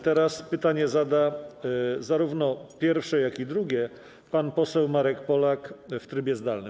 Teraz pytania zada, zarówno pierwsze, jak i drugie, pan poseł Marek Polak w trybie zdalnym.